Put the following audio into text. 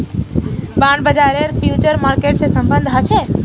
bond बाजारेर future market से सम्बन्ध ह छे